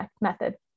method